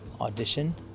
audition